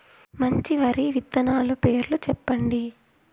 మంచి వరి విత్తనాలు పేర్లు చెప్పండి?